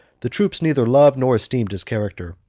the troops neither loved nor esteemed his character.